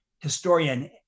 historian